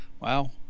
wow